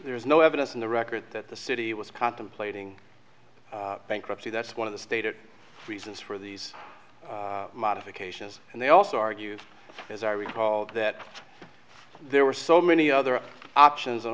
there is no evidence in the record that the city was contemplating bankruptcy that's one of the stated reasons for these modifications and they also argue as i recall that there were so many other options and